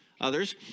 others